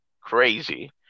crazy